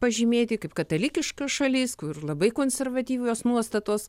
pažymėti kaip katalikiška šalis kur labai konservatyvios nuostatos